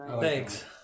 Thanks